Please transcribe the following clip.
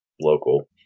local